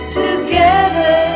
together